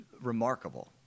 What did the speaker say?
remarkable